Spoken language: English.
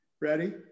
Ready